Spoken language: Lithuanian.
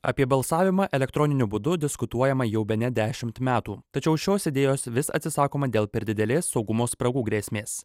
apie balsavimą elektroniniu būdu diskutuojama jau bene dešimt metų tačiau šios idėjos vis atsisakoma dėl per didelės saugumo spragų grėsmės